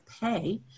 pay